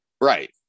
right